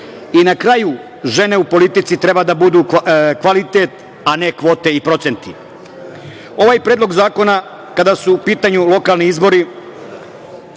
I na kraju žene u politici treba da budu kvalitet, a ne kvote i procenti. Ovaj predlog zakona, kada su u pitanju lokalni izbori